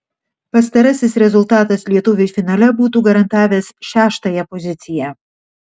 pastarasis rezultatas lietuviui finale būtų garantavęs šeštąją poziciją